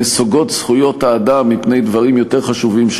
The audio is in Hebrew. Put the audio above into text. נסוגות זכויות האדם מפני דברים יותר חשובים,